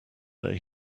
day